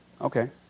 Okay